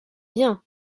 bien